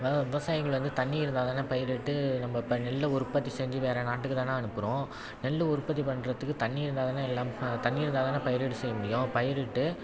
அதாவது விவசாயிகள் வந்து தண்ணி இருந்தாதானே பயிரிட்டு நம்ம நெல்லை உற்பத்தி செஞ்சு வேறு நாட்டுக்கு தானே அனுப்புகிறோம் நெல் உற்பத்தி பண்ணுறதுக்கு தண்ணி இருந்தாதானே எல்லாமே தண்ணி இருந்தாதானே பயிரிடு செய்ய முடியும் பயிரிட்டு